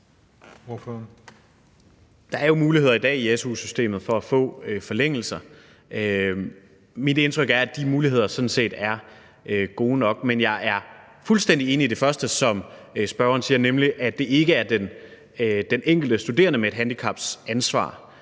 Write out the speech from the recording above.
Der er jo muligheder i dag i su-systemet for at få forlængelser. Mit indtryk er, at de muligheder sådan set er gode nok, men jeg er fuldstændig enig i det første, som spørgeren siger, nemlig at det ikke er den enkelte studerende med et handicaps ansvar